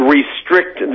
Restrict